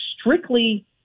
strictly